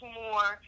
more